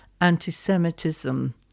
anti-Semitism